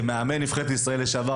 כמאמן נבחרת ישראל לשעבר,